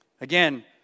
Again